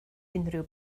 unrhyw